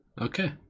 Okay